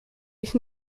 ich